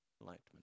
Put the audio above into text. enlightenment